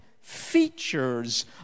features